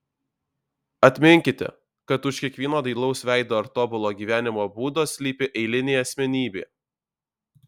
atminkite kad už kiekvieno dailaus veido ar tobulo gyvenimo būdo slypi eilinė asmenybė